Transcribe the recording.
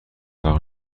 برق